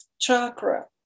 chakra